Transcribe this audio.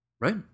Right